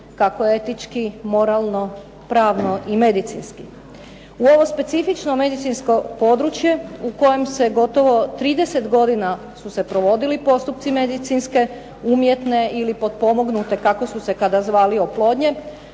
kako etički, moralno, pravno i medicinski. U ovo specifično medicinsko područje u kojem se gotovo 30 godina su se provodili procesi medicinske umjetne ili potpomognute kako su se tada zvali oplodnje,